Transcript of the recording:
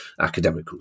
Academicals